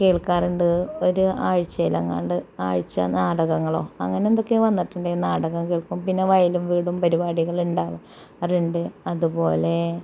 കേൾക്കാറുണ്ട് ഒര് ആഴ്ചയിലങ്ങാണ്ട് ആഴ്ച നാടകങ്ങളോ അങ്ങനെ എന്തൊക്കെ വന്നിട്ടുണ്ട് നാടകം കേൾക്കും പിന്നെ വയലും വീടും പരിപാടികളും ഉണ്ടാവാറുണ്ട് അത് പോലെ